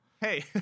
Hey